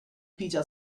pizza